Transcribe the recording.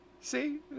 See